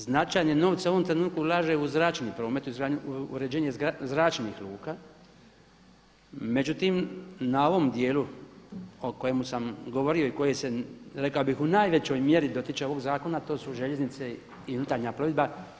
Značajne novce u ovom trenutku ulaže u zračni promet, u izgradnju, u uređenje zračnih luka međutim na ovom djelu o kojemu sam govorio i koji se rekao bih u najvećoj mjeri dotiče ovog zakona to su željeznice i unutarnja plovidba.